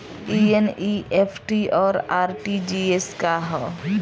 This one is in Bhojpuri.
ई एन.ई.एफ.टी और आर.टी.जी.एस का ह?